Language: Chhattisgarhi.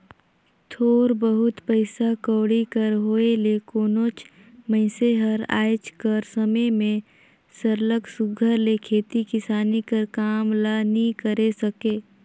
थोर बहुत पइसा कउड़ी कर होए ले कोनोच मइनसे हर आएज कर समे में सरलग सुग्घर ले खेती किसानी कर काम ल नी करे सके